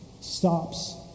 stops